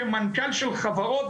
כמנכ"ל של חברות,